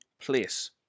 place